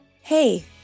Hey